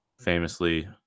famously